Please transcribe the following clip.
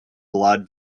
blood